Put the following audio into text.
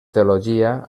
teologia